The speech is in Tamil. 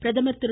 பிரதமா் திரு